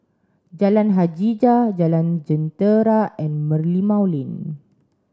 Jalan Hajijah Jalan Jentera and Merlimau Lane